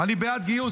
אני בעד גיוס.